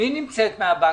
נמצאת מהבנקים?